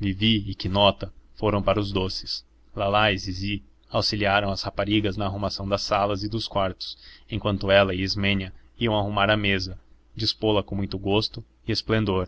vivi e quinota foram para os doces lalá e zizi auxiliaram as raparigas na arrumação das salas e dos quartos enquanto ela e ismênia iam arrumar a mesa dispôla com muito gosto e esplendor